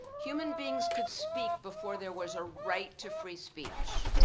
human beings could speak before there was a right to free speech.